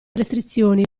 restrizioni